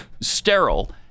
sterile